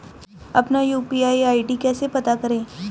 अपना UPI ID कैसे पता करें?